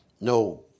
no